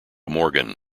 morgan